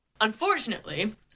Unfortunately